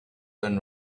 than